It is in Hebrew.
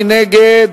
מי נגד?